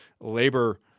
labor